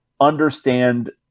understand